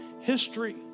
history